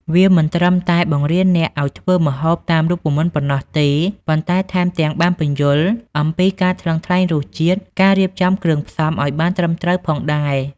វាមិនត្រឹមតែបង្រៀនអ្នកឲ្យធ្វើតាមរូបមន្តប៉ុណ្ណោះទេ ប៉ុន្តែថែមទាំងបានពន្យល់អំពីការថ្លឹងថ្លែងរសជាតិ ការរៀបចំគ្រឿងផ្សំឲ្យបានត្រឹមត្រូវផងដែរ។